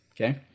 Okay